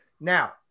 Now